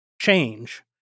change